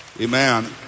Amen